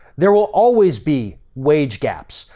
there will always be wage gaps,